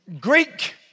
Greek